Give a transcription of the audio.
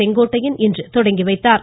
செங்கோட்டையன் இன்று துவக்கி வைத்தார்